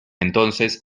entonces